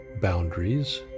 boundaries